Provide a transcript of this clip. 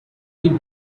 been